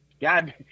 God